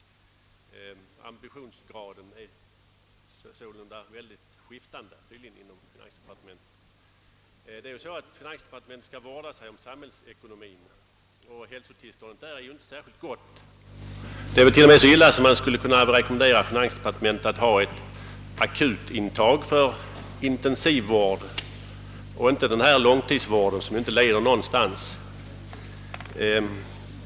Ambitionsgraden är sålunda mycket skiftande inom <finansdepartementet. Där skall man vårda sig om samhällsekonomin, och hälsotillståndet i det fallet är ju inte särskilt gott. Det är till och med så dåligt att man skulle vilja rekommendera finansdepartementet att ha ett akutintag för intensivvård, inte en långtidsvård som inte leder någonstans.